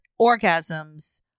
orgasms